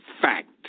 fact